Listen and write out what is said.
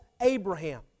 Abraham